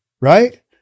Right